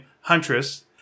Huntress